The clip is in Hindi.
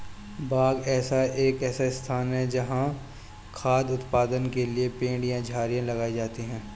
बाग एक ऐसा स्थान है जहाँ खाद्य उत्पादन के लिए पेड़ या झाड़ियाँ लगाई जाती हैं